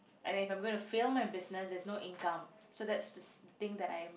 and if I'm gonna fail my business there's no income so that's s~ the thing that I'm